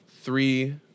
three